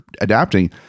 adapting